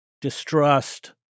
distrust